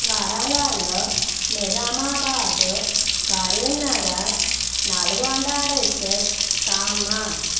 Warangal Nizamabad Karimnagar Nalgonda district Khammam